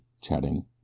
chatting